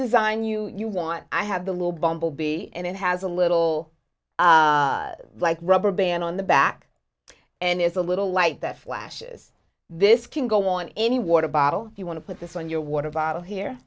design you you want i have the low bumblebee and it has a little like rubber band on the back and there's a little light that flashes this can go on any water bottle you want to put this on your water bottle here